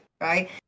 right